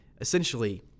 essentially